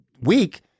week